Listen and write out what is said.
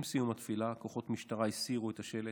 עם סיום התפילה כוחות משטרה הסירו את השלט,